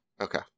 Okay